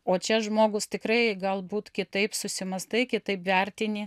o čia žmogus tikrai galbūt kitaip susimąstai kitaip vertini